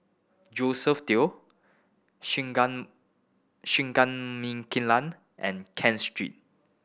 Josephine Teo Singai Singai Mukilan and Ken Street